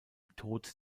tod